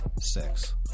six